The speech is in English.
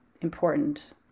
important